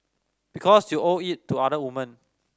because you owe it to other women